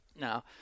Now